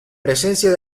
presencia